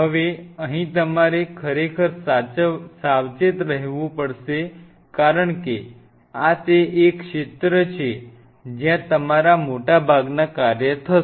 હવે અહીં તમારે ખરેખર સાવચેત રહેવું પડશે કારણ કે આ તે એક ક્ષેત્ર છે જ્યાં તમારા મોટાભાગના કાર્ય થશે